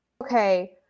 Okay